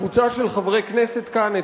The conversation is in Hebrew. קבוצה של חברי כנסת כאן,